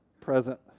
present